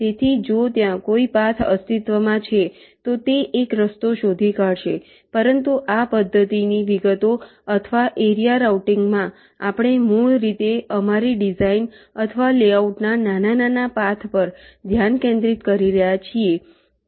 તેથી જો ત્યાં કોઈ પાથ અસ્તિત્વમાં છે તો તે એક રસ્તો શોધી કાઢશે પરંતુ આ પદ્ધતિની વિગતો અથવા એરિયા રાઉટીંગ માં આપણે મૂળ રીતે અમારી ડિઝાઇન અથવા લેઆઉટના નાના પાથ પર ધ્યાન કેન્દ્રિત કરી રહ્યા છીએ